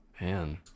man